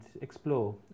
explore